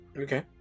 okay